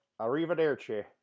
arrivederci